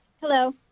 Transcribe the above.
Hello